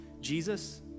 Jesus